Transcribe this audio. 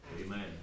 Amen